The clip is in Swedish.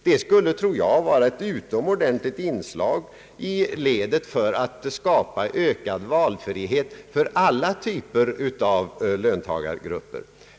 Jag tror att detta skulle vara ett utomordentligt inslag i ledet att skapa ökad valfrihet för alla typer av löntagargrupper.